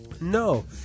No